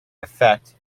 effect